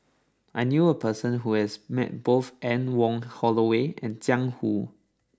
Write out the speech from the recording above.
I knew a person who has met both Anne Wong Holloway and Jiang Hu